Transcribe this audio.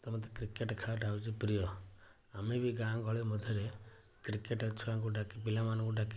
ତୁମେ ତ କ୍ରିକେଟ୍ ଖେଳଟା ହେଉଛି ପ୍ରିୟ ଅମେ ବି ଗାଁ ଗହଳି ମଧ୍ୟରେ କ୍ରିକେଟ୍ ଛୁଆଙ୍କୁ ଡାକି ପିଲାମାନଙ୍କୁ ଡାକି